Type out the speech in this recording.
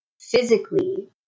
physically